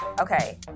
okay